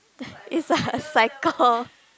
it's like a cycle